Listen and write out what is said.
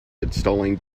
installing